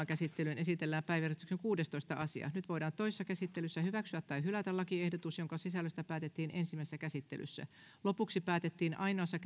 käsittelyyn esitellään päiväjärjestyksen kuudestoista asia nyt voidaan toisessa käsittelyssä hyväksyä tai hylätä lakiehdotus jonka sisällöstä päätettiin ensimmäisessä käsittelyssä lopuksi päätetään ainoassa